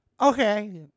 Okay